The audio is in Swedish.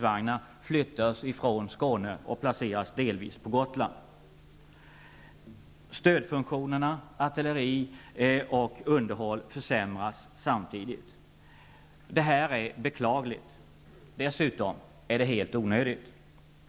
''Våra'' Skåne och placeras delvis på Gotland. Stödfunktionerna artilleri och underhåll försämras samtidigt. Det här är beklagligt. Dessutom är det helt onödigt.